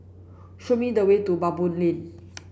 show me the way to Baboo Lane